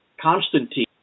Constantine